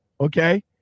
okay